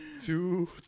two